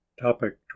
Topic